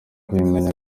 kuyimenya